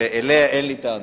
ואליה אין לי טענות.